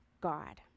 God